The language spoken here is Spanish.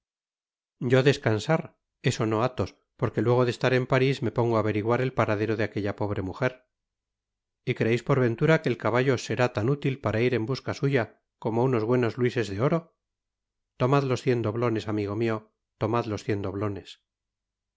yo descansar eso oó athos porque luego de estar en paris me pongo á averiguar el paradero de aquella pobre mujer y creeis por ventura que el caballo os será tan útil para ir en busca suya como unos buenos luises de oro tomad los cien doblones amigo mio tomad los cien doblones